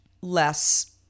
less